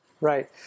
Right